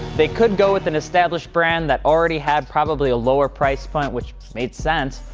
they could go with an established brand that already had probably a lower price point, which made sense,